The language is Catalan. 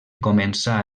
començà